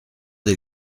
des